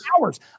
hours